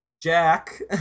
Jack